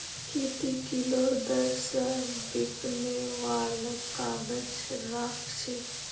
की ती किलोर दर स बिकने वालक काग़ज़ राख छि